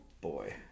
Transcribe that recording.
boy